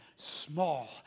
Small